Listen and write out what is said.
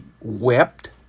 wept